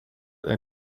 and